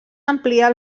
ampliar